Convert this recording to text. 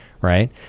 right